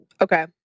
Okay